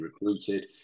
recruited